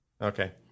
Okay